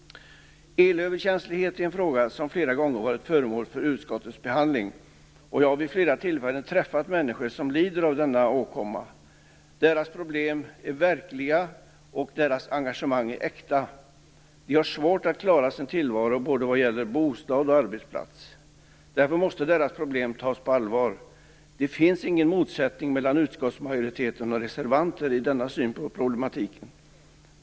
Elöverkänslighet är en fråga som flera gånger varit föremål för utskottets behandling. Jag har vid flera tillfällen träffat människor som lider av denna åkomma. Deras problem är verkliga och deras engagemang är äkta. De har svårt att klara sin tillvaro både vad gäller bostad och arbetsplats. Därför måste deras problem tas på allvar. Det finns ingen motsättning mellan utskottsmajoritet och reservanter i denna syn på problematiken.